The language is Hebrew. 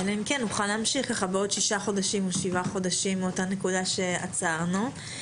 אלא אם כן נוכל להמשיך בעוד כשישה חודשים מהנקודה שבה עצרנו.